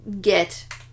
get